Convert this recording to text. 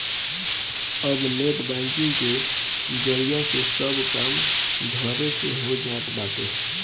अब net banking के जरिया से सब काम घरे से हो जात बाटे